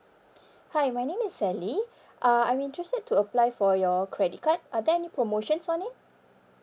hi my name is sally uh I'm interested to apply for your credit card are there any promotions on it